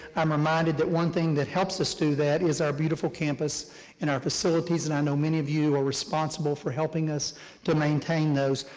i'm reminded that one thing that helps us do that is our beautiful campus and our facilities, and i know many of you are responsible for helping us to maintain those,